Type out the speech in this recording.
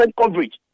coverage